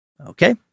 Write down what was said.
Okay